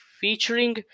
featuring